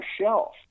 shelf